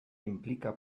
implica